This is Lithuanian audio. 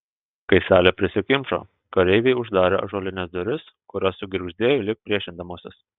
kai salė prisikimšo kareiviai uždarė ąžuolines duris kurios sugirgždėjo lyg priešindamosis